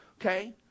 Okay